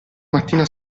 mattina